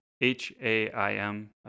H-A-I-M